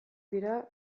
dira